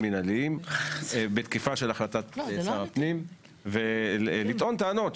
מנהליים בתקיפה של החלטת שר הפנים ולטעון טענות,